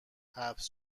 حبس